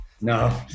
No